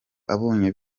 abonye